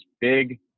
big